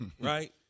right